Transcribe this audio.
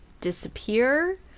disappear